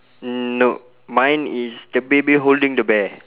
mm nope mine is the baby holding the bear